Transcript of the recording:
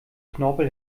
knorpel